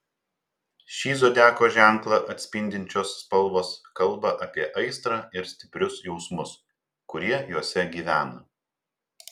šį zodiako ženklą atspindinčios spalvos kalba apie aistrą ir stiprius jausmus kurie juose gyvena